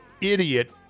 idiot